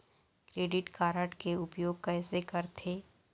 Credit card के उपयोग कैसे करथे?